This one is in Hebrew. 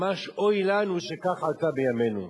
ממש אוי לנו שכך עלתה בימינו.